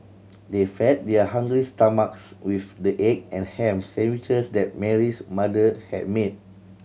they fed their hungry stomachs with the egg and ham sandwiches that Mary's mother had made